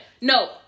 No